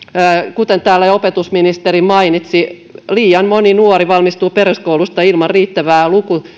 kuten täällä jo opetusministeri mainitsi liian moni nuori valmistuu peruskoulusta ilman riittävää